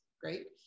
great